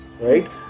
right